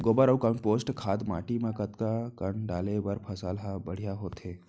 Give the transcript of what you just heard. गोबर अऊ कम्पोस्ट खाद माटी म कतका कन डाले बर फसल ह बढ़िया होथे?